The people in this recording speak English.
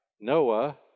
Noah